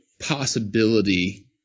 possibility